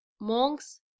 monks